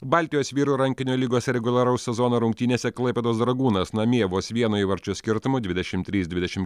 baltijos vyrų rankinio lygos reguliaraus sezono rungtynėse klaipėdos dragūnas namie vos vieno įvarčio skirtumu dvidešimt trys dvidešimt